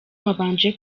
wabanje